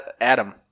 Adam